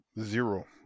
Zero